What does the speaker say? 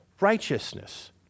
righteousness